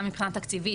גם מבחינה תקציבית,